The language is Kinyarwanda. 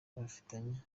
bafitanye